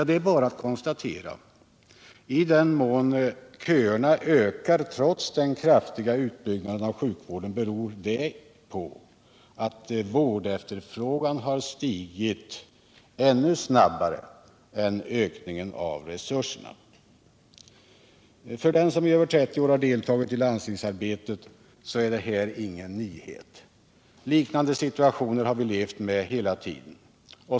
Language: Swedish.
Det är bara att konstatera: i den mån köerna ökar trots den kraftiga utbyggnaden av sjukvården beror detta på att vårdefterfrågan har stigit ännu snabbare än ökningen av resurserna. För den som i över 30 år har deltagit i landstingsarbete är det här ingen nyhet. Liknande situationer har vi levt med hela tiden.